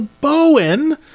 Bowen